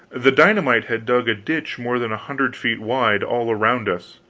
the dynamite had dug a ditch more than a hundred feet wide, all around us,